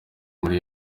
muri